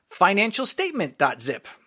financialstatement.zip